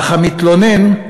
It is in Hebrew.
אך המתלונן,